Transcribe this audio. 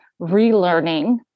relearning